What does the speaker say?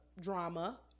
drama